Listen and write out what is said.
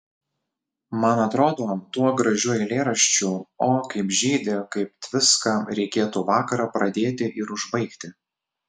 man atrodo tuo gražiu eilėraščiu o kaip žydi kaip tviska reikėtų vakarą pradėti ir užbaigti